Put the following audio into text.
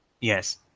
Yes